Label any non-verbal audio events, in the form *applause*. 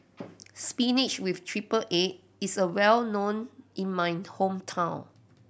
*noise* spinach with triple egg is a well known in my hometown